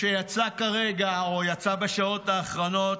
שיצא כרגע או יצא בשעות האחרונות,